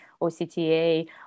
OCTA